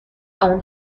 اون